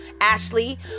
Ashley